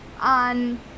on